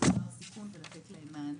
מצוקה וסיכון ולתת להם מענה.